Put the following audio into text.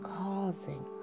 causing